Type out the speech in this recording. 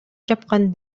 чапкан